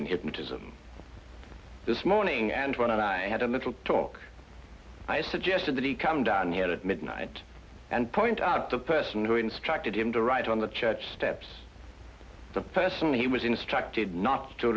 in hypnotism this morning and when i had a little talk i suggested that he come down here at midnight and point out the person who instructed him to write on the church steps first when he was instructed not to